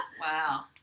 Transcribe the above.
Wow